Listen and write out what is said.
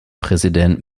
präsident